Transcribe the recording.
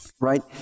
Right